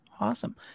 Awesome